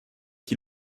qui